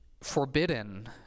forbidden